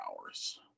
hours